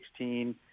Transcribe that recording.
2016